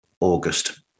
August